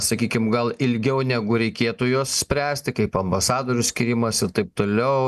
sakykim gal ilgiau negu reikėtų juos spręsti kaip ambasadorių skyrimas ir taip toliau